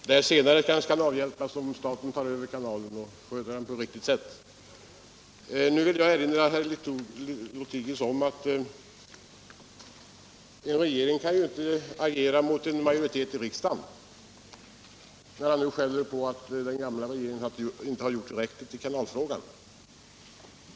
Herr talman! Det senare kanske kan avhjälpas om staten tar över kanalen och sköter den på ett riktigt sätt. Nu vill jag erinra herr Lothigius om att en regering inte kan agera mot en majoritet i riksdagen. Jag säger detta eftersom herr Lothigius skäller på den gamla regeringen för att den inte har gjort tillräckligt för kanalen.